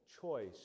choice